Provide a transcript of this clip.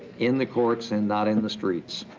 in the courts and not in the streets.